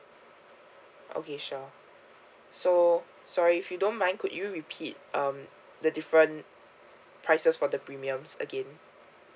okay sure so sorry if you don't mind could you repeat um the different prices for the premiums again